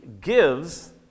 gives